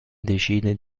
decide